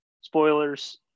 spoilers